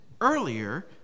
earlier